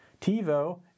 TiVo